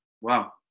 Wow